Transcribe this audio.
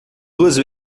duas